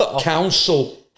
council